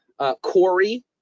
Corey